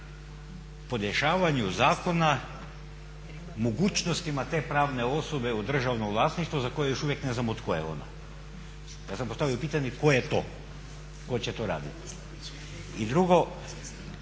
o podešavanju zakona mogućnostima te pravne osobe u državnom vlasništvu za koju još uvijek ne znamo tko je ona. Ja sam postavio pitanje tko je to tko će to raditi? I drugo,